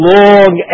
long